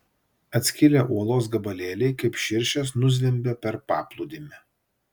atskilę uolos gabalėliai kaip širšės nuzvimbė per paplūdimį